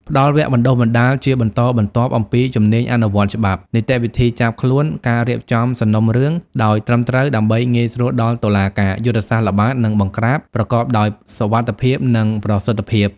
ផ្តល់វគ្គបណ្តុះបណ្តាលជាបន្តបន្ទាប់អំពី ជំនាញអនុវត្តច្បាប់ នីតិវិធីចាប់ខ្លួន ការរៀបចំសំណុំរឿងដោយត្រឹមត្រូវដើម្បីងាយស្រួលដល់តុលាការ យុទ្ធសាស្ត្រល្បាត និងបង្ក្រាប ប្រកបដោយសុវត្ថិភាព និងប្រសិទ្ធភាព។